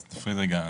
אז תפריד רגע.